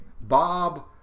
Bob